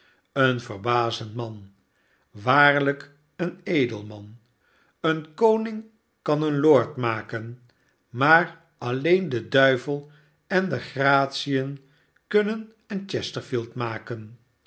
een verbazend man waarlijk een edelman een koning kan een lord maken maar alleen de duivel en de gratien kunnen een chesterfield maken